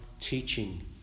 teaching